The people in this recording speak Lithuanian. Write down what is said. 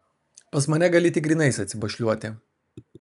pas mane gali tik grynais atsibašliuoti